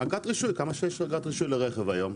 אגרת רישוי, כמה שעולה אגרת רישוי לרכב היום.